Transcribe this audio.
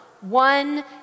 one